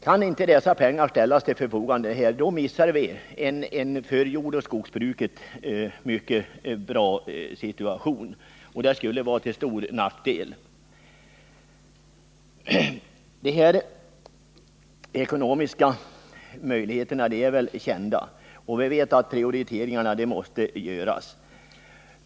Kan inte dessa pengar ställas till förfogande går vi miste om en för jordoch skogsbruket mycket bra situation, och det skulle vara till stor nackdel. De ekonomiska möjligheterna är väl kända, och vi vet att prioriteringar måste göras.